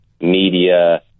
media